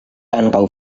ankaŭ